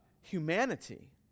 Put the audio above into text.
humanity